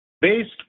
Based